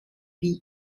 wie